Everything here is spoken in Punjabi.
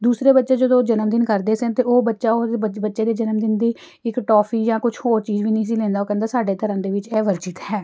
ਦੂਸਰੇ ਬੱਚੇ ਜਦੋਂ ਜਨਮਦਿਨ ਕਰਦੇ ਸਨ ਤਾਂ ਉਹ ਬੱਚਾ ਉਹ ਬੱਚੇ ਬੱਚੇ ਦੇ ਜਨਮ ਦਿਨ ਦੀ ਇੱਕ ਟੋਫੀ ਜਾਂ ਕੁਛ ਹੋਰ ਚੀਜ਼ ਵੀ ਨਹੀਂ ਸੀ ਲੈਂਦਾ ਉਹ ਕਹਿੰਦਾ ਸਾਡੇ ਧਰਮ ਦੇ ਵਿੱਚ ਇਹ ਵਰਜਿਤ ਹੈ